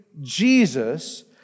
Jesus